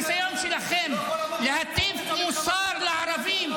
הניסיון שלכם להטיף מוסר לערבים,